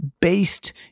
based